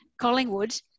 Collingwood